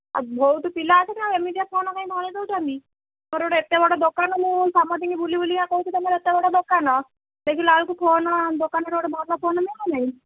ଆଉ ବହୁତ ପିଲା ଅଛନ୍ତି ଆଉ ଏମିତିଆ ଫୋନ୍ କାହିଁକି ଧରେଇ ଦେଉଛନ୍ତି ମୋର ଗୋଟେ ଏତେ ବଡ଼ ଦୋକାନ ମୁଁ ସମସ୍ତଙ୍କୁ ବୁଲି ବୁଲି କା କହୁଛି ତୁମର ଏତେ ବଡ଼ ଦୋକାନ ଦେଖିଲା ବେଳକୁ ଫୋନ ଦୋକାନରେ ଗୋଟେ ଭଲ ଫୋନ ମିଳୁ ନାହିଁ